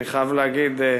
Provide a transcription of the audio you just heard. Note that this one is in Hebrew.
אני חייב להגיד,